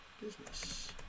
business